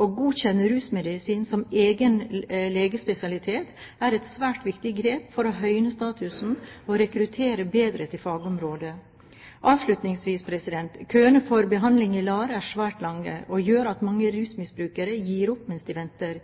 Å godkjenne rusmedisin som egen legespesialitet er et svært viktig grep for å høyne statusen og rekruttere bedre til fagområdet. Avslutningsvis: Køene for behandling i LAR er svært lange, og gjør at mange rusmisbrukere gir opp mens de venter.